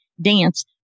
dance